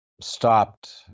stopped